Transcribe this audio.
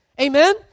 Amen